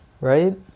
Right